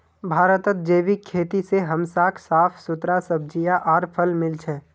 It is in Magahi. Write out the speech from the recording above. भारतत जैविक खेती से हमसाक साफ सुथरा सब्जियां आर फल मिल छ